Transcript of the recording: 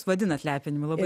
vadinat lepinimu labai